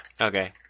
okay